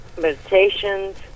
meditations